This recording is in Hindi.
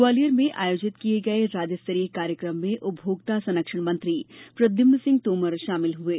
ग्वालियर में आयोजित किये गये राज्य स्तरीय कार्यक्रम में उपभोक्ता संरक्षण मंत्री प्रद्यम्न सिंह तोमर शामिल हुये